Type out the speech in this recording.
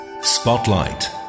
Spotlight